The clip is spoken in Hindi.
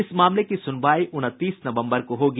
इस मामले की सुनवाई उनतीस नवम्बर को होगी